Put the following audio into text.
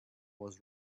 was